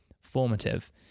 formative